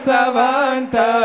Savanta